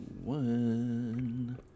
One